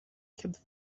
kept